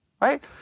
Right